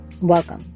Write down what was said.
welcome